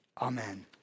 Amen